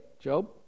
Job